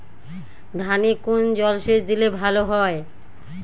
ধানে কোন জলসেচ দিলে ভাল হয়?